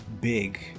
big